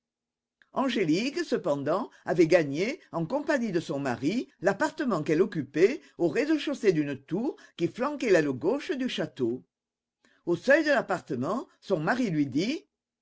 angélique cependant avait gagné en compagnie de son mari l'appartement qu'elle occupait au rez-de-chaussée d'une tour qui flanquait l'aile gauche du château au seuil de l'appartement son mari lui dit